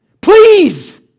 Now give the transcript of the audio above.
please